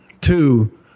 Two